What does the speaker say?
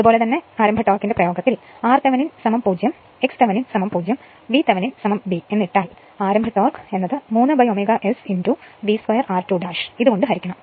അതുപോലെ തന്നെ ആരംഭ ടോർക്കിന്റെ ആ പ്രയോഗത്തിൽ r Thevenin 0 x Thevenin o VThevenin b എന്ന് ഇട്ടാൽ ആരംഭ ടോർക്ക് 3ω Sv 2 r2 ഇത് കൊണ്ട് ഹരിക്കണം